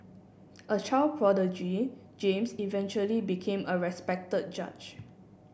a child prodigy James eventually became a respected judge